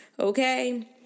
Okay